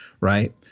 right